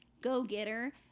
go-getter